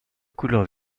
couleurs